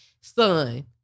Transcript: Son